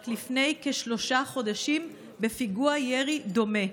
רק לפני כשלושה חודשים בפיגוע ירי דומה.